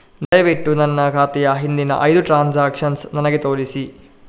ದಯವಿಟ್ಟು ನನ್ನ ಖಾತೆಯ ಹಿಂದಿನ ಐದು ಟ್ರಾನ್ಸಾಕ್ಷನ್ಸ್ ನನಗೆ ತೋರಿಸಿ